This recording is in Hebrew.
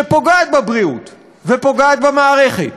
שפוגעת בבריאות ופוגעת במערכת.